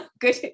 Good